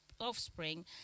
offspring